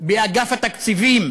באגף התקציבים,